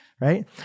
right